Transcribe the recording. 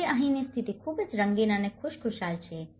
આજે અહીંની સ્થિતિ ખૂબ જ રંગીન અને ખુશખુશાલ છે